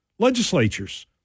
legislatures